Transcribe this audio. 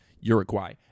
Uruguay